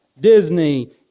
Disney